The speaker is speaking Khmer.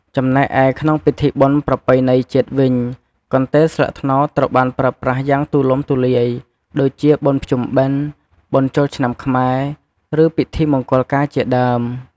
ចំណែកឯ ក្នុងពិធីបុណ្យប្រពៃណីជាតិវិញ កន្ទេលស្លឹកត្នោតត្រូវបានប្រើប្រាស់យ៉ាងទូលំទូលាយ ដូចជា បុណ្យភ្ជុំបិណ្ឌ បុណ្យចូលឆ្នាំខ្មែរ ឬពិធីមង្គលការ ជាដើម។